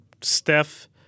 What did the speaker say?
Steph